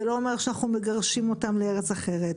זה לא אומר שאנחנו מגרשים אותם לארץ אחרת,